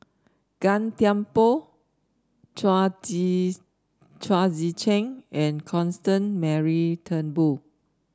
Gan Thiam Poh Chao Tzee Chao Tzee Cheng and Constance Mary Turnbull